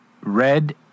Red